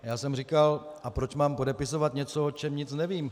A já jsem říkal: A proč mám podepisovat něco, o čem nic nevím?